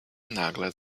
nagle